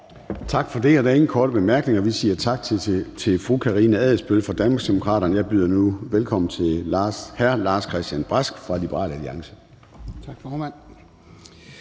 Tak for det. Der er ingen korte bemærkninger. Vi siger tak til fru Karina Adsbøl fra Danmarksdemokraterne, og jeg byder nu velkommen til hr. Lars-Christian Brask fra Liberal Alliance. Kl.